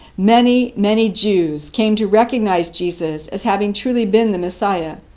many, many jews came to recognize jesus as having truly been the messiah,